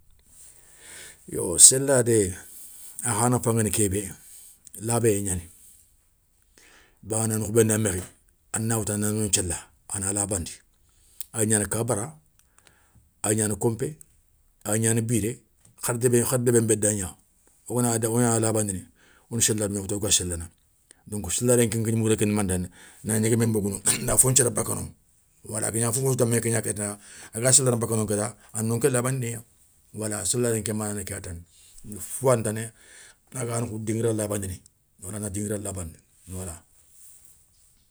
Yo séladé akha nafan guéni kébé, labéyé gnani, bawoni an khoubé nda mékhé a na woutou ana no nthiéla, a na labandi awa gnana ka bara, awa gnana konpé. ay gnan biré, har débé nbéda gna, o ganagna labandini o na séladou gna woutou woga sélana, donc séladé nké ŋouré ni mané tani na néguémé nbogou noŋa na fon thiéla baka noŋa. wala aga gna fofou sou danbé gna kéta angana séla baka no kéta ano nké labandiniya. wala séladé nké mana ni kéya tane fo yani tani, ani dinguira labandini na dinguira labandi wala.